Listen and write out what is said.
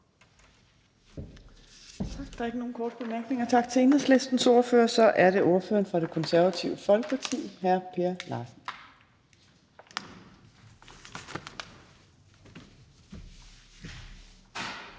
Tak. Der er ikke nogen korte bemærkninger. Tak til Enhedslistens ordfører. Så er det ordføreren for Det Konservative Folkeparti, hr. Per Larsen.